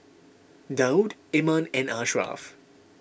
Daud Iman and Ashraf